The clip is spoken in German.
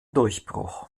durchbruch